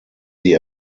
sie